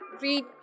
read